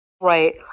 Right